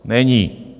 Není.